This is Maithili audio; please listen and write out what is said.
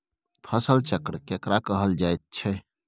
फसल चक्र केकरा कहल जायत छै?